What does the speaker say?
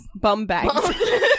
Bumbags